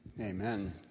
Amen